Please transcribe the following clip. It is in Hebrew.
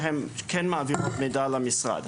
שהן כן מעבירות מידע למשרד.